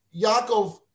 Yaakov